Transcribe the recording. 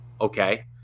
okay